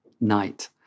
night